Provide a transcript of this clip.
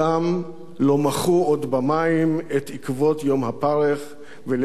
לא מחו עוד במים את עקבות יום הפרך וליל קו האש".